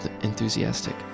enthusiastic